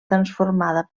transformada